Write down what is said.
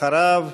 אחריו,